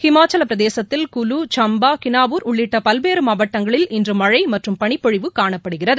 ஹிமாச்சல பிரதேசத்தில் குலு சம்பா கினாவூர் உள்ளிட்ட பல்வேறு மாவட்டங்களில் இன்று மழழ மற்றும் பனிப்பொழிவு காணப்படுகிறது